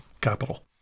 capital